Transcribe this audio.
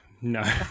No